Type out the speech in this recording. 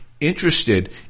interested